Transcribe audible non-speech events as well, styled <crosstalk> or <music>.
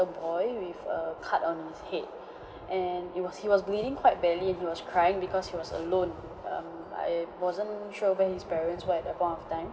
a boy with a cut on his head <breath> and it was he was bleeding quite badly he was crying because he was alone um I wasn't sure where his parents were at that point of time